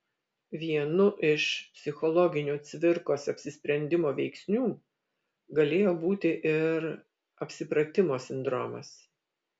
vienu iš psichologinių cvirkos apsisprendimo veiksnių galėjo būti ir apsipratimo sindromas